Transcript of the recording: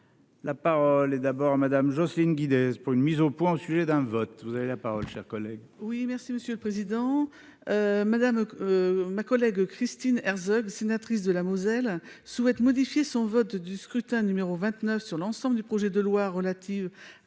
La parole est d'abord Madame Jocelyne Guidez pour une mise au point au sujet d'un vote, vous avez la parole cher collègue. Oui merci monsieur le président, madame ma collègue Christine Herzog sénatrice de la Moselle souhaite modifier son vote du scrutin numéro 29 sur l'ensemble du projet de loi relative à